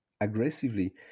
aggressively